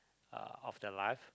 uh of the life